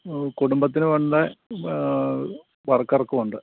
കുടുംബത്തിനും ഉണ്ട് വർക്കർക്കും ഉണ്ട്